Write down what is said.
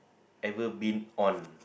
ever been on